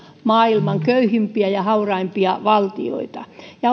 maailman köyhimpiä ja hauraimpia valtioita